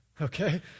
Okay